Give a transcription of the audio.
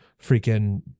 freaking